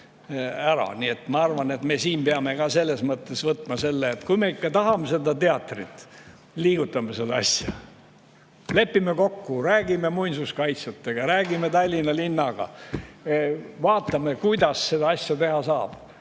Nii et ma arvan, et me siin peame ka selles mõttes võtma selle [hoiaku], et kui me ikka tahame seda teatrit, siis liigutame seda asja. Lepime kokku, räägime muinsuskaitsjatega, räägime Tallinna linnaga, vaatame, kuidas seda asja teha saab,